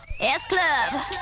S-Club